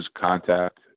contact